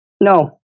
No